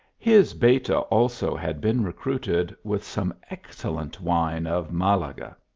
his beta also had been recruited with some excel lent wine of malaga.